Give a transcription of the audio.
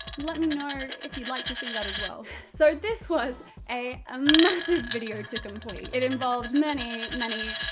let me know if you'd like to see that as well. so this was a ah massive video to complete, it involved many, many,